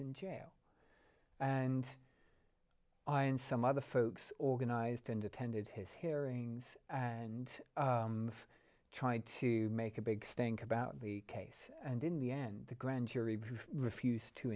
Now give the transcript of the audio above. in jail and i and some other folks organized and attended his hearings and of tried to make a big stink about the case and in the end the grand jury refused to